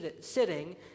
sitting